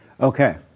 Okay